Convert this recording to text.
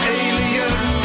aliens